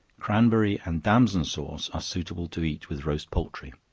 cranberry and damson sauce are suitable to eat with roast poultry.